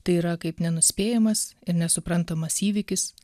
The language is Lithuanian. tai yra kaip nenuspėjamas ir nesuprantamas įvykis